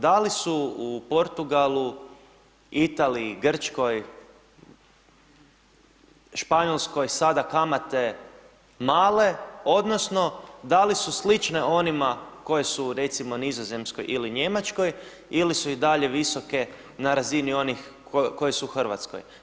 Da li su u Portugalu, Italiji, Grčkoj, Španjolskoj sada kamate male, odnosno da li su slične onima koje su recimo u Nizozemskoj ili Njemačkoj ili su i dalje visoke na razini onih koje su u Hrvatskoj?